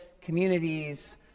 communities